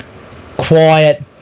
quiet